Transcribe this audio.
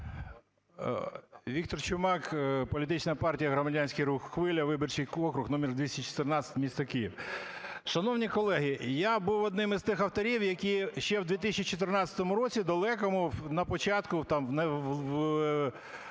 Віктор Чумак, політична партія "Громадянський рух "Хвиля", виборчий округ № 214, місто Київ. Шановні колеги, я був одним із тих авторів, які ще в 2014 році далекому, на початку там в